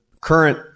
current